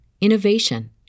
innovation